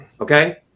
okay